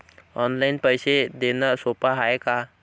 Online पैसे देण सोप हाय का?